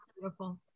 beautiful